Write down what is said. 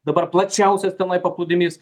dabar plačiausias tenai paplūdimys